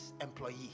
employee